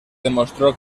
demostró